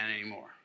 anymore